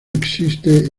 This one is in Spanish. existe